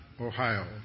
Ohio